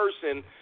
person